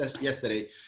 yesterday